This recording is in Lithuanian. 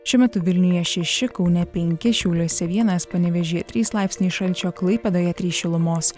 šiuo metu vilniuje šeši kaune penki šiauliuose vienas panevėžyje trys laipsniai šalčio klaipėdoje trys šilumos